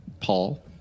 Paul